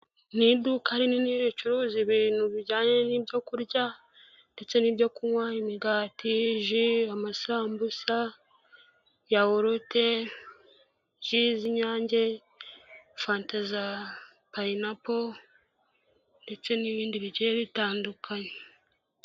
Ni iduka rinini ricuruza ibintu bijyanye n'ibyo kurya ndetse n'ibyo kunywa, imigati, ji, amasambusa, yawurute, ji z'inyange, fanta za payinapo ndetse n'ibindi bigiye bitandukanye.